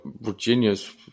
Virginia's